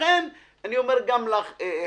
לכן אני אומר גם לך, חברתי,